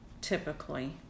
typically